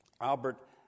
Albert